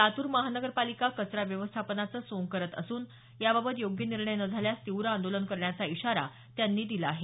लातूर महानगरपालिका कचरा व्यवस्थापनाचं सोंग करत असून याबाबत योग्य निर्णय न झाल्यास तीव्र आंदोलन करण्याचा इशारा त्यांनी दिला आहे